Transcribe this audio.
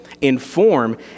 inform